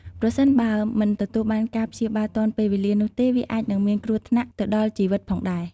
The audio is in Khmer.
ប្រសិនបើមិនទទួលបានការព្យាបាលទាន់ពេលវេលានោះទេ វាអាចនឹងមានគ្រោះថ្នាក់ទៅដល់ជីវិតផងដែរ។